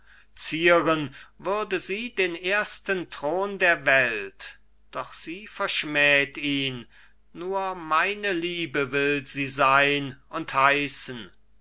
zieren würde sie den ersten thron der welt doch sie verschmäht ihn nur meine liebe will sie sein und heißen